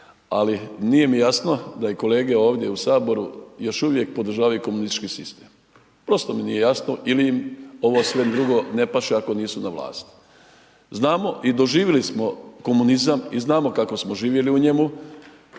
ali nije mi jasno da i kolege ovdje u HS još uvijek podržavaju komunistički sistem, prosto mi nije jasno ili im ovo sve drugo ne paše ako nisu na vlasti. Znamo i doživili smo komunizam i znamo kako smo živjeli u njemu,